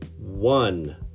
one